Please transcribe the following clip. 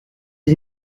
les